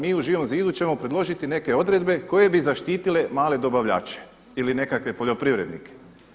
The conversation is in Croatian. Mi u Živom zidu ćemo predložiti neke odredbe koje bi zaštitile male dobavljače ili nekakve poljoprivrednike.